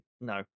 No